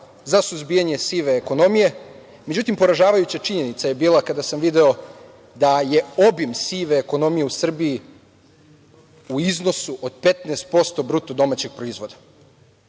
za suzbijanje sive ekonomije. Međutim, poražavajuća činjenica je bila kada sam video da je obim sive ekonomije u Srbiji u iznosu od 15% BDP-a. To je kada